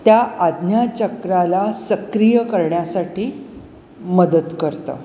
त्या आज्ञाचक्राला सक्रिय करण्यासाठी मदत करतं